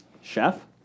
Chef